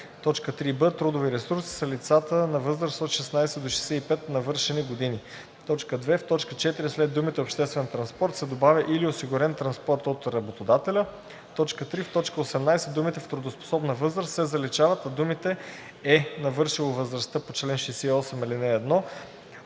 3б. „Трудови ресурси“ са лицата на възраст от 16 до 65 навършени години.“ 2. В т. 4 след думите „обществен транспорт“ се добавя „или осигурен транспорт от работодателя“. 3. В т. 18 думите „в трудоспособна възраст“ се заличават, а думите „е навършило възрастта по чл. 68, ал. 1